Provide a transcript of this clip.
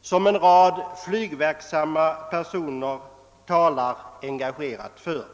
som en rad flygverksamma personer talar engagerat för.